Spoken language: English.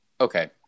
Okay